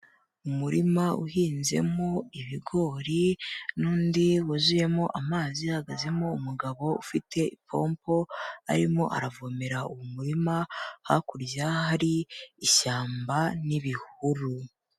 Umurima uhinzemo ibigori n'undi wuzuyemo amazi hahagazemo umugabo ufite ipompo arimo aravomera umurima, hakurya hari ishyamba n'ibihuru.